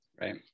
Right